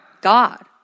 God